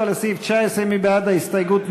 27 לסעיף 19, מי בעד ההסתייגות?